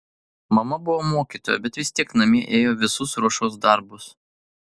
mama buvo mokytoja bet vis tiek namie ėjo visus ruošos darbus